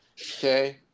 okay